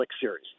series